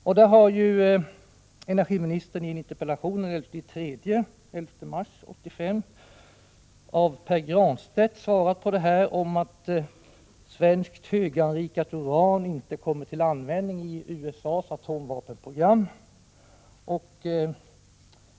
I samband med besvarandet av en interpellation av Pär Granstedt den 11 mars i år sade energiministern bl.a. att svenskt höganrikat uran inte kommit till användning i USA:s atomvapenprogram.